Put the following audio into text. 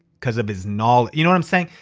because of his knowledge. you what i'm saying?